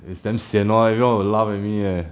it's damn sian lor everyone will laugh at me leh